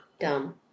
Dumb